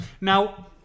Now